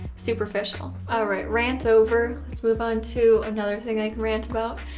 superficial. all right rant over. let's move on to another thing i can rant about.